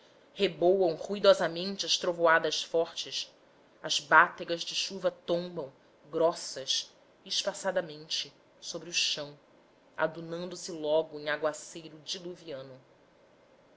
reboam ruidosamente as trovoadas fortes as bátegas de chuva tombam grossas espaçadamente sobre o chão aduando se logo em aguaceiro diluviano